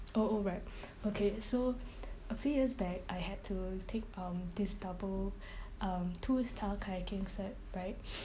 oh oh right okay so a few years back I had to take um this double um two star kayaking cert right